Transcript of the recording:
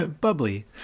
Bubbly